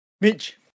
Mitch